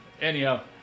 Anyhow